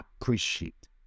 appreciate